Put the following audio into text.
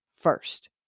first